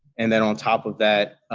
and then, on top of that,